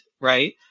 right